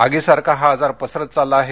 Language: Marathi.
आगीसारखा हा आजार पसरत चालला आहे